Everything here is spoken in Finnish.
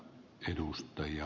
kannatetaan